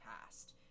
past